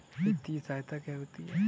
वित्तीय सहायता क्या होती है?